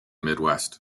midwest